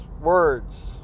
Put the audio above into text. words